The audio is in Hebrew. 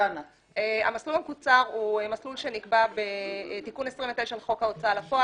המסלול המקוצר נקבע בתיקון 29 לחוק ההוצאה לפועל.